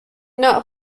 not